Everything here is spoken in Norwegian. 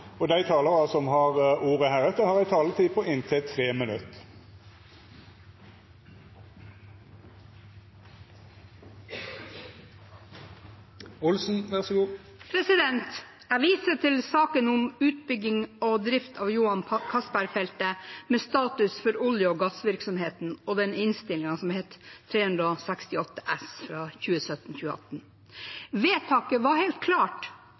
Dei talarane som heretter får ordet, har ei taletid på inntil 3 minutt. Jeg viser til saken om utbygging og drift av Johan Castberg-feltet med status for olje- og gassvirksomheten, Innst. 368 S for 2017–2018. Vedtaket var helt klart